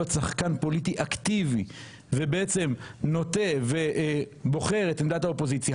שחקן פוליטי אקטיבי ובעצם נוטה ובוחר את עמדת האופוזיציה.